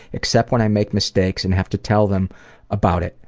except when i make mistakes and have to tell them about it.